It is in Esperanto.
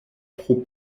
pro